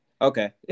Okay